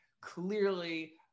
Clearly